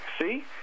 see